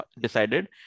decided